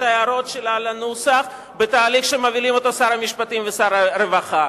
ההערות שלה לנוסח בתהליך שמובילים שר המשפטים ושר הרווחה,